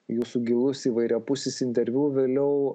jūsų gilus įvairiapusis interviu vėliau